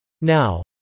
Now